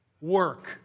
work